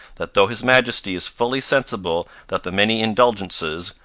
that tho' his majesty is fully sensible that the many indulgences.